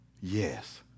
yes